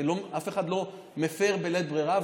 אף אחד לא מפר, בלית ברירה.